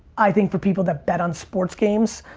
i think for people that bet on sports games,